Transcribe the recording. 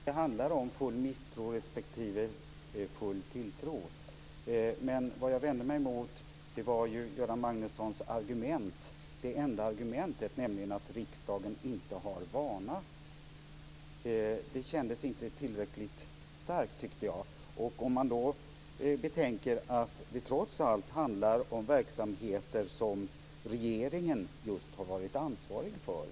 Fru talman! Jag tror inte att det handlar om full misstro respektive full tilltro. Det som jag vände mig emot var Göran Magnussons enda argument, nämligen att riksdagen inte har vana att fatta dessa beslut. Det kändes inte tillräckligt starkt. Det handlar trots allt om verksamheter som regeringen har varit ansvarig för.